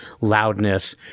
loudness